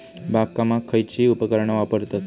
बागकामाक खयची उपकरणा वापरतत?